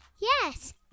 Yes